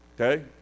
okay